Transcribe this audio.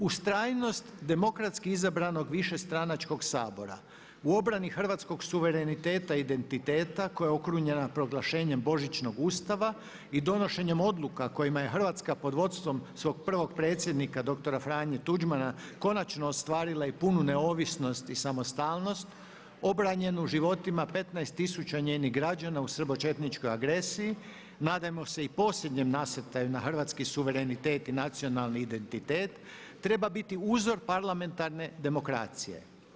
Ustrajnost demokratski izbranog višestranačkog Sabora u obrani hrvatskog suvereniteta i identiteta koja je okrunjena proglašenjem Božićnog ustava i donošenjem odluka kojima je Hrvatska pod vodstvom svog prvog predsjednika doktora Franje Tuđmana konačno ostvarila i punu neovisnost i samostalnost obranjenu životima 15 000 njenih građana u srbočetničkoj agresiji, nadajmo se i posljednjem nasrtaju na hrvatski suverenitet i nacionalni identitet treba biti uzor parlamentarne demokracije.